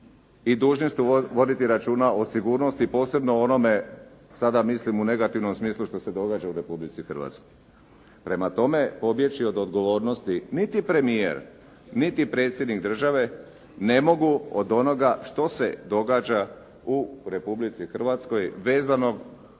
i dužni su voditi računa o sigurnosti posebno o onome, sada mislim u negativnom smislu što se događa u Republici Hrvatskoj. Prema tome pobjeći od odgovornosti niti premijer niti predsjednik države ne mogu od onoga što se događa u Republici Hrvatskoj vezano